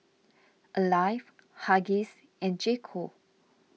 Alive Huggies and J Co